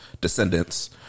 descendants